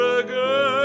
again